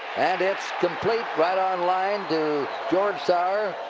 and it's complete. right on line to george sauer.